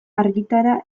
argitara